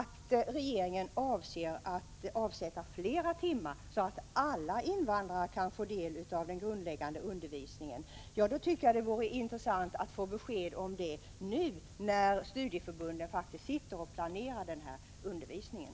Om regeringen avser att avsätta fler timmar så att alla invandrare kan få del av den grundläggande undervisningen, tycker jag det vore intressant att få besked om det nu när studieförbunden planerar den här undervisningen.